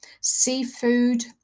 seafood